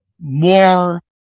more